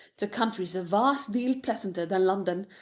the country is a vast deal pleasanter than london,